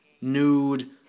nude